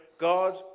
God